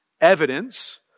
evidence